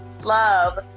love